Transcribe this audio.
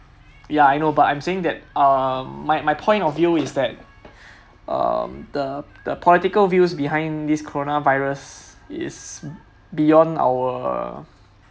ya I know but I'm saying that um my my point of view is that um the the political views behind this coronavirus is beyond our